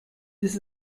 this